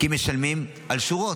כי משלמים על שורות.